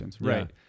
right